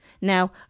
now